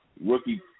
rookie